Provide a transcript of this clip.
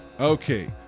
Okay